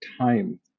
time